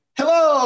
hello